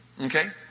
Okay